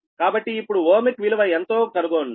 కాబట్టి ఇప్పుడు ఓమిక్ విలువ ఎంతో కనుగొనండి